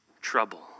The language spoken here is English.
trouble